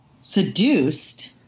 seduced